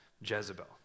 Jezebel